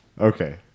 Okay